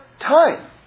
time